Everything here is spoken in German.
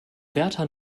wärter